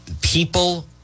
people